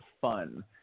fun